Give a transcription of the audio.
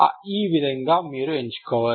ఈ విధంగా మీరు ఎంచుకోవచ్చు